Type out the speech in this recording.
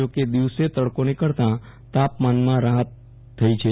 જો કે દિવસે તડકો નિકળતા તાપમાનમાં રાહત થઈ છે